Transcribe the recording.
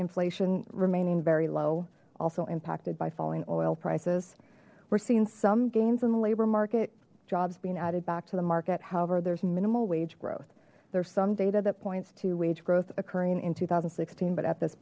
inflation remaining very low also impacted by falling oil prices we're seeing some gains in the labor market jobs being added back to the market however there's minimal wage growth there's some data that points to wage growth occurring in two thousand and sixteen but at this